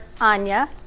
Anya